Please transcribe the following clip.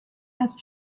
erst